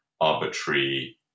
arbitrary